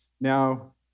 Now